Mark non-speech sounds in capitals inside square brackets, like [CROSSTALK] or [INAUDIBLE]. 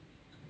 [NOISE]